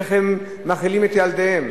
איך הם מאכילים את ילדיהם.